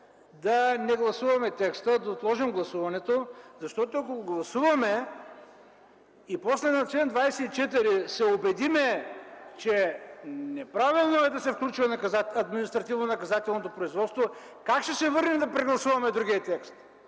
да не гласуваме текста, да отложим гласуването, защото ако го гласуваме и след това на чл. 24 се убедим, че е неправилно да се включва административнонаказателното производство, как ще се върнем да прегласуваме другия текст?